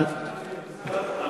אבל,